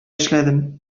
эшләдем